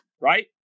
right